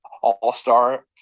all-star